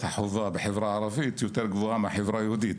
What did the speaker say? החובה בחברה הערבית יותר גבוה מהחברה היהודית.